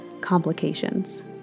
complications